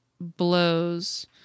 blows